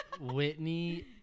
Whitney